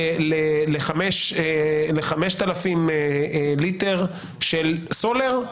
ל-5,000 ליטר של סולר,